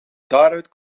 daaruit